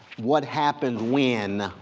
what happens when,